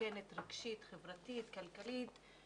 מסוכנת רגשית, חברתית, כלכלית.